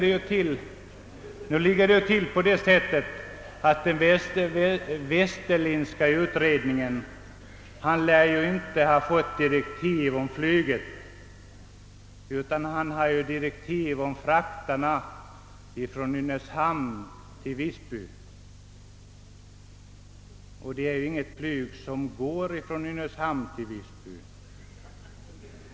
Den Westerlindska utredningen lär inte ha fått direktiv att behandla flyget, utan direktiv som avsåg frakterna från Nynäshamn till Visby, och det går ju inget flyg från Nynäshamn till Visby.